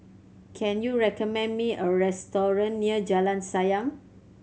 can you recommend me a restaurant near Jalan Sayang